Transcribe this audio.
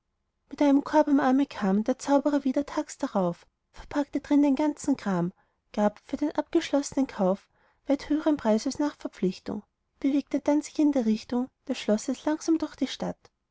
mit einem korb am arme kam der zaubrer wieder tags darauf verpackte drin den ganzen kram gab für den abgeschlossnen kauf weit höhern preis als nach verpflichtung bewegte dann sich in der richtung des schlosses langsam durch die stadt